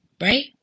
right